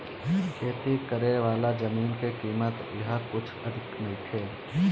खेती करेवाला जमीन के कीमत इहा कुछ अधिका नइखे